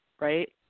right